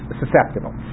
susceptible